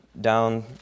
down